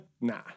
Nah